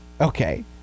Okay